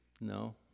No